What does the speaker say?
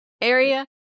area